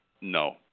no